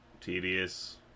tedious